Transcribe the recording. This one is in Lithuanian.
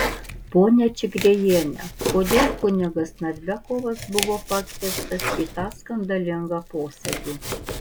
ponia čigriejiene kodėl kunigas narbekovas buvo pakviestas į tą skandalingą posėdį